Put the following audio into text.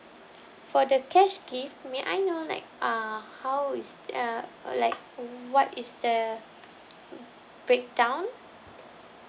for the cash gift may I know like uh how is th~ uh like what is the break down